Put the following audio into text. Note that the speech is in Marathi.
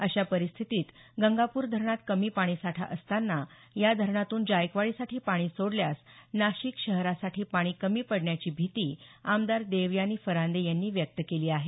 अशा परिस्थितीत गंगापूर धरणात कमी पाणीसाठा असताना या धरणातून जायकवाडीसाठी पाणी सोडल्यास नाशिक शहरासाठी पाणी कमी पडण्याची भिती आमदार देवयानी फरांदे यांनी व्यक्त केली आहे